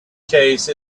case